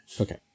Okay